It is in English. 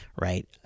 Right